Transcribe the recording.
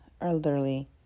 elderly